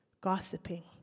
gossiping